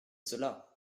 cela